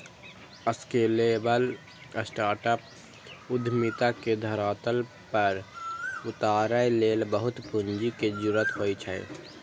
scalable startup उद्यमिता के धरातल पर उतारै लेल बहुत पूंजी के जरूरत होइ छै